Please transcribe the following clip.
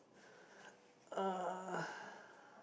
uh